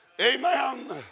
amen